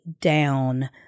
down